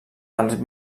dels